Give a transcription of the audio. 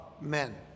men